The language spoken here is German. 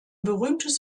berühmtes